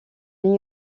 new